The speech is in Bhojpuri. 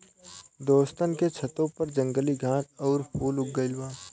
दोस्तन के छतों पर जंगली घास आउर फूल उग गइल बा